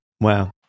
Wow